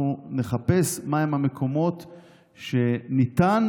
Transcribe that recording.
אנחנו נחפש מהם המקומות שניתן